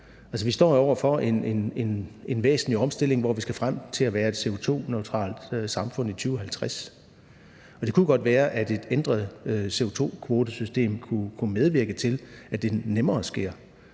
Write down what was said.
vi står jo over for en væsentlig omstilling, hvor vi skal frem til at være et CO2-neutralt samfund i 2050, og det kunne godt være, at et ændret CO2-kvotesystem kunne medvirke til, at det nemmere sker,